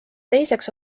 teiseks